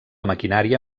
maquinària